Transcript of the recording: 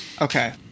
Okay